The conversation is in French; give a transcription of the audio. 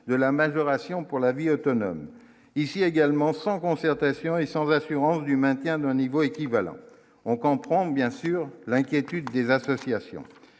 de la majoration pour la vie autonome ici également sans concertation et sans assurance du maintien d'un niveau équivalent, on comprend bien sûr l'inquiétude des associations